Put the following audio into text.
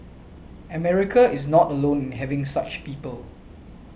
America is not alone in having such people